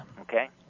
Okay